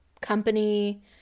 company